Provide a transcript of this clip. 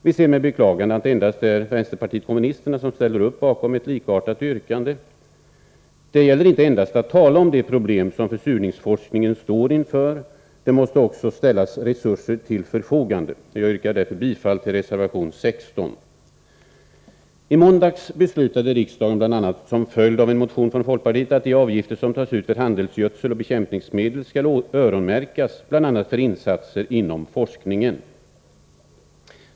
Vi ser nu med beklagande att det är endast vpk som ställer upp bakom ett likartat yrkande. Men det gäller att inte endast tala om de problem som försurningsforskningen står inför, utan också att ställa resurser till förfogande. Jag yrkar därför bifall till reservation 16. I måndags beslutade riksdagen, bl.a. med anledning av en motion från folkpartiet, att de avgifter som tas ut på handelsgödsel och bekämpningsmedel skall öronmärkas för bl.a. insatser inom forskningen.